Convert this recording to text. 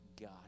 God